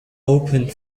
opened